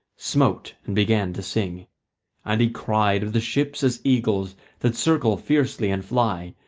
smote, and began to sing and he cried of the ships as eagles that circle fiercely and fly,